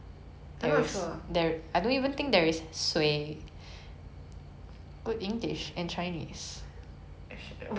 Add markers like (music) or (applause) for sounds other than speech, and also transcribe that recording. (noise) okay so ya I don't think I would try cloud bread something else I would try is maybe um